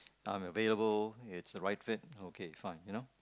I'm available it's the right fit okay fine you know